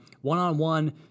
one-on-one